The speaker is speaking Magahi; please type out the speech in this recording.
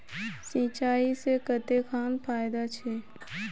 सिंचाई से कते खान फायदा छै?